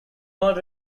not